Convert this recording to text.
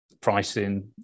pricing